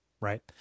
right